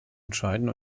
entscheiden